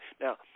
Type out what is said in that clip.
Now